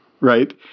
right